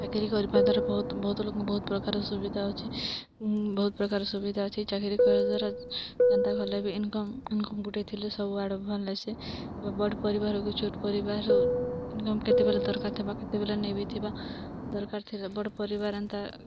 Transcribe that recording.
ଚାକିରି କରିବା ଦ୍ବାରା ବହୁତ୍ ବହୁତ୍ ଲୋକଙ୍କୁ ବହୁତ୍ ପ୍ରକାର୍ ସୁବିଧା ଅଛି ବହୁତ୍ ପ୍ରକାର୍ ସୁବିଧା ଅଛି ଚାକିରି କରିବା ଦ୍ୱାରା ଯେନ୍ତା ହଲେ ବି ଇନକମ୍ ଇନକମ୍ ଗୋଟେ ଥିଲେ ସବୁଆଡ଼ୁ ଭଲ୍ ହେସି ଏବ ବଡ଼ ପରିବାର୍ ହଉ କି ଛୋଟ୍ ପରିବାର୍ ହଉ ଇନକମ୍ କେତେବେଲେ ଦରକାର୍ ଥିବା କେତେବେଲେ ନେଇଁ ବି ଥିବା ଦରକାର୍ ଥିଲେ ବଡ଼୍ ପରିବାର୍ ଏନ୍ତା